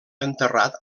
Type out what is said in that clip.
enterrat